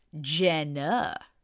Jenna